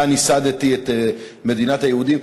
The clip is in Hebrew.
כאן יסדתי את מדינת היהודים,